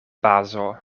bazo